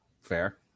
Fair